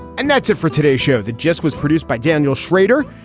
and that's it for today's show. the jest was produced by daniel shrader,